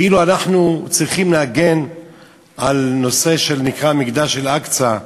כאילו אנחנו צריכים להגן על הנושא שנקרא מקדש אל-אקצא.